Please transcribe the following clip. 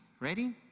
Ready